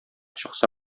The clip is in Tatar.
чыкса